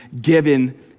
given